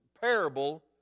parable